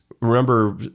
remember